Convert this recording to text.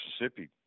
Mississippi